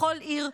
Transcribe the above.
בכל עיר,